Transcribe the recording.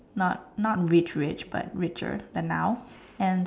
not not rich rich but richer than now and